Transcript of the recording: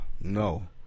no